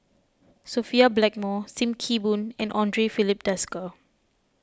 Sophia Blackmore Sim Kee Boon and andre Filipe Desker